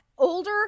Older